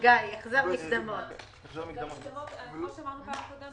כפי שאמרנו בפעם הקודמת,